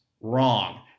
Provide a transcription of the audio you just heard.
Wrong